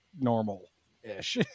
normal-ish